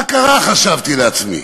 מה קרה, חשבתי לעצמי?